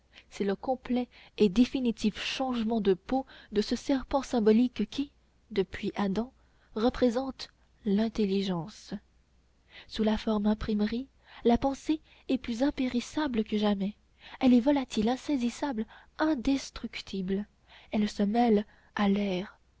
c'est le complet et définitif changement de peau de ce serpent symbolique qui depuis adam représente l'intelligence sous la forme imprimerie la pensée est plus impérissable que jamais elle est volatile insaisissable indestructible elle se mêle à l'air